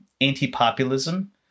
anti-populism